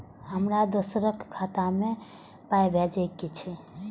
हमरा दोसराक खाता मे पाय भेजे के छै?